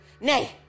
Nay